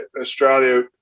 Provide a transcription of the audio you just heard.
Australia